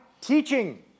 teaching